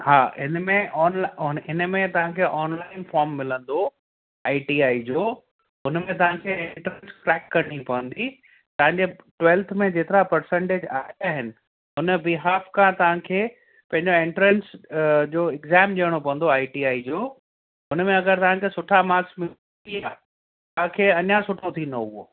हा इनमें ऑन ल ऑन इनमें तव्हांखे ऑनलाइन फ़ॉर्म मिलंदो आई टी आई जो उनमें तव्हांखे एंट्रेंस क्रेक करिणी पवंदी तव्हांजे ट्वेल्थ में जेतिरा पर्सेंटेज आया आहिनि उन बिहाफ़ खां तव्हांखे पंहिंजा एंट्रेंस जो एग़्जाम ॾियणो पवंदो आई टी आई जो हुनमें अगरि तव्हांखे सुठा मार्क्स मिली विया तव्हांखे अञा सुठो थींदो उहो